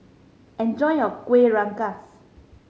enjoy your Kuih Rengas